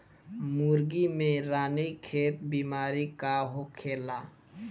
मुर्गी में रानीखेत बिमारी का होखेला?